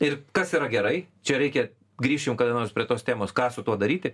ir kas yra gerai čia reikia grįšim kada nors prie tos temos ką su tuo daryti